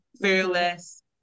fearless